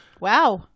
Wow